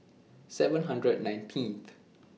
seven hundred nineteenth